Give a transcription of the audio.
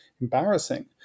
embarrassing